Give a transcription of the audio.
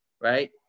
right